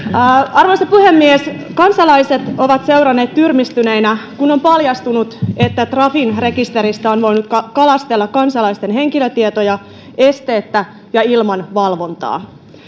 arvoisa puhemies kansalaiset ovat seuranneet tyrmistyneinä kun on paljastunut että trafin rekisteristä on voinut kalastella kansalaisten henkilötietoja esteettä ja ilman valvontaa